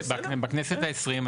בכנסת ה-20,